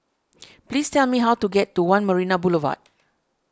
please tell me how to get to one Marina Boulevard